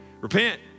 Repent